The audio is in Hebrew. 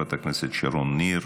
חברת הכנסת שרון ניר,